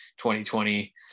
2020